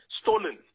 stolen